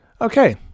Okay